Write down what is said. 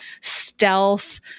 stealth